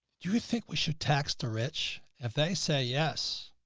do you think we should tax the rich? if they say yes,